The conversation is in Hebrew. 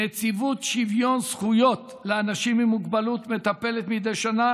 נציבות שוויון זכויות לאנשים עם מוגבלות מטפלת מדי שנה